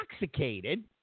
intoxicated